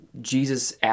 Jesus